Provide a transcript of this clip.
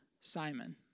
Simon